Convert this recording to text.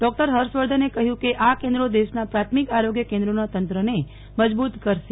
doctor હર્ષવર્ધને કહ્યું કે આ કેન્દ્રો દેશના પ્રાથમિક આરોગ્ય કેન્દ્રોના તંત્રને મજબૂત કરશે